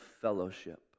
fellowship